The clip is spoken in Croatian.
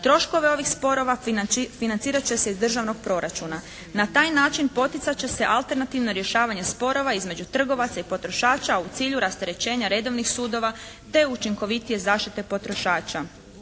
Troškovi ovih sporova financirat će se iz državnog proračuna. Na taj način poticat će se alternativno rješavanje sporova između trgovaca i potrošača, a u cilju rasterećenja redovnih sudova te učinkovitije zaštite potrošača.